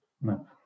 No